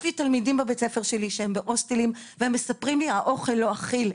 יש תלמידים בבית הספר שלי שהם בהוסטלים והם מספרים שהאוכל לא אכיל.